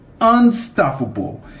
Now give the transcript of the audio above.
unstoppable